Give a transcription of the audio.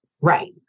right